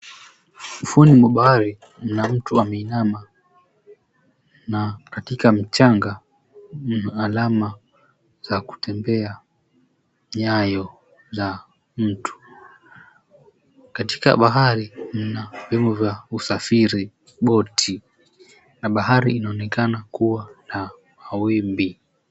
Ufuoni mwa bahari kuna mtu ameinama na katika mchanga kuna alama za kutembea(nyayo za mtu). Katika bahari kuna vyombo vya usafiri, boti, na bahari inaonekana kuwa na mawimbi.